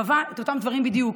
קבע את אותם דברים בדיוק,